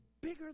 bigger